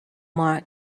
mark